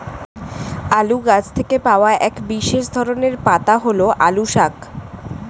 আলু গাছ থেকে পাওয়া এক বিশেষ ধরনের পাতা হল আলু শাক